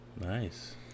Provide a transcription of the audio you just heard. Nice